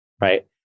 right